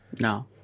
No